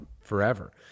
forever